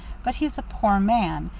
but he's a poor man,